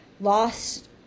lost